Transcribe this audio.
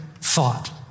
thought